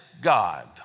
God